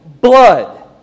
blood